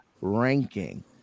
ranking